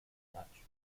much